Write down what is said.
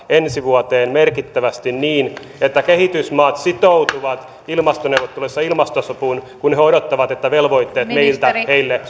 ensi vuoteen merkittävästi niin että kehitysmaat sitoutuvat ilmastoneuvotteluissa ilmastosopuun kun he he odottavat että velvoitteet meiltä heille